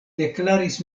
deklaris